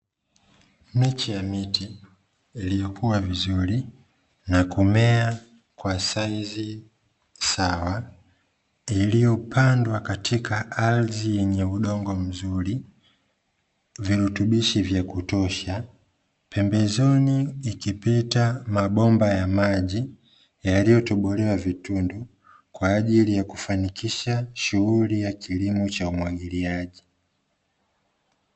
Miche ya miti iliyokua vizuri na kumea kwa saizi sawa, iliyopandwa katika ardhi yenye udongo mzuri, virutubishi vya kutosha. Pembezoni ikipita mabomba ya maji yaliyotobolewa vitundu kwa ajili ya kufanikisha shughuli ya kilimo cha umwagiliaji.